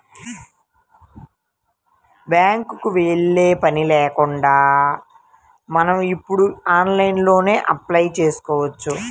బ్యేంకుకి యెల్లే పని కూడా లేకుండా మనం ఇప్పుడు ఆన్లైన్లోనే అప్లై చేసుకోవచ్చు